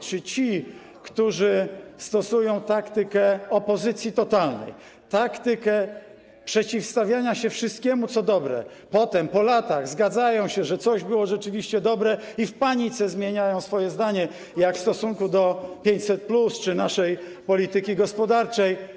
Czy ci, którzy stosują taktykę opozycji totalnej, taktykę przeciwstawiania się wszystkiemu, co dobre, a potem, po latach zgadzają się, że coś było rzeczywiście dobre, i w panice zmieniają swoje zdanie, jak w stosunku do 500+ czy naszej polityki gospodarczej.